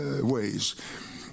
ways